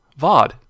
VOD